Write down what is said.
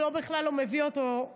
אם בכלל מביאים אותו לדין.